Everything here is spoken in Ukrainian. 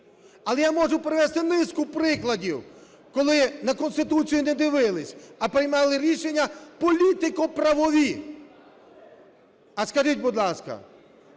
Але я можу привести низку прикладів, коли на Конституцію не дивились, а приймали рішення політико-правові. А скажіть, будь ласка,